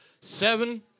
seven